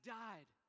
died